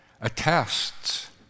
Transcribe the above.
attests